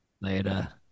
Later